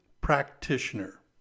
Practitioner